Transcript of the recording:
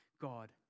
God